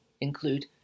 include